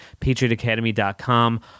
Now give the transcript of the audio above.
PatriotAcademy.com